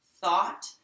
thought